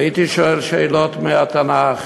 והייתי שואל שאלות מהתנ"ך,